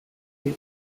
were